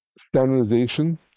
standardization